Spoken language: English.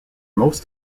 most